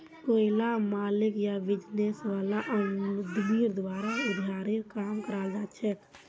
कोईला मालिक या बिजनेस वाला आदमीर द्वारा भी उधारीर काम कराल जाछेक